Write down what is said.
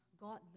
God